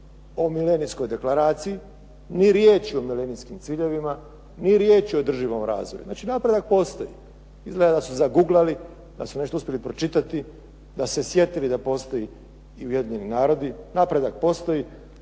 o Milenijskom deklaraciji, ni riječi o milenijskim ciljeva, ni riječi o održivom razvoju. Znači, napredak postoji. Izgleda su zaguglali pa su nešto uspjeli pročitati pa se sjetili da postoji i … /Govornik se ne razumije./ … napredak postoji,